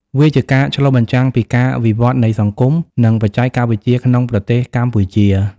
វាជាការឆ្លុះបញ្ចាំងពីការវិវឌ្ឍន៍នៃសង្គម និងបច្ចេកវិទ្យាក្នុងប្រទេសកម្ពុជា។